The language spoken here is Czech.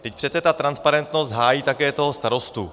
Vždyť přece ta transparentnost hájí také toho starostu.